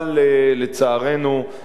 לצערנו,